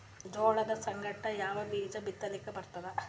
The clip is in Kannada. ಜೋಳದ ಸಂಗಾಟ ಯಾವ ಬೀಜಾ ಬಿತಲಿಕ್ಕ ಬರ್ತಾದ?